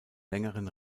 längeren